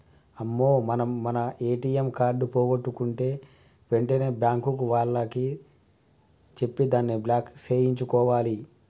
అమ్మో మనం మన ఏటీఎం కార్డు పోగొట్టుకుంటే వెంటనే బ్యాంకు వాళ్లకి చెప్పి దాన్ని బ్లాక్ సేయించుకోవాలి